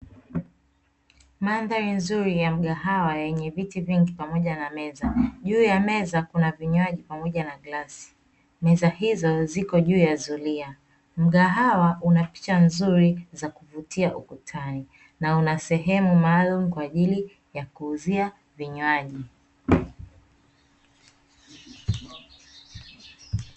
Mandhari nzuri ya mgahawa yenye viti vingi pamoja na meza, juu ya meza kuna vinywaji pamoja na glasi, meza hizo ziko juu ya zulia. Mgahawa una picha nzuri za kuvutia ukutani na una sehemu maalumu kwa ajili ya kuuzia vinywaji.